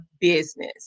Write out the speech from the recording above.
business